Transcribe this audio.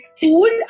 food